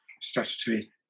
statutory